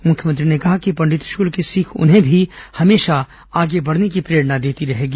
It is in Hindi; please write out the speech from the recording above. मुख्यमंत्री ने कहा कि पंडित शुक्ल की सीख उन्हें भी हमेशा आगे बढ़ने की प्रेरणा देती रहेगी